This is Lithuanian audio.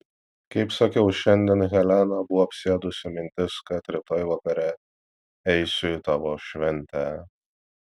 kaip sakiau šiandien heleną buvo apsėdusi mintis kad rytoj vakare eisiu į tavo šventę